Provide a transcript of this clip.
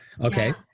okay